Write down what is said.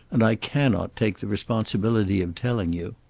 and i cannot take the responsibility of telling you.